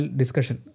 discussion